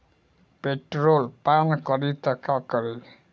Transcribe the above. Petrol पान करी त का करी?